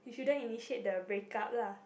he shouldn't initiate the break up lah